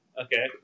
Okay